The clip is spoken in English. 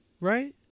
right